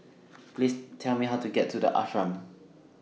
Please Tell Me How to get to The Ashram